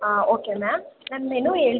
ಹಾಂ okay ma'am ನಾನು menu ಹೇಳ್ತಿ